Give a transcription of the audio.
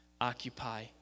Occupy